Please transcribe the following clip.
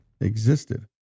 existed